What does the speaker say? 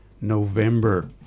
November